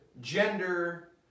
gender